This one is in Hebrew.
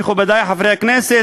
מכובדי חברי הכנסת,